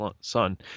son